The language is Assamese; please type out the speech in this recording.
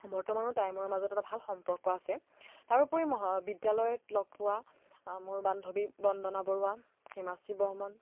বৰ্তমানো তাইৰে মোৰে মাজত এটা ভাল সম্পৰ্ক আছে তাৰোপৰি মহা বিদ্যালয়ত লগ পোৱা মোৰ বান্ধৱী বন্দনা বৰুৱা হিমাশ্ৰী বৰ্মন